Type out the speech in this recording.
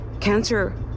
Cancer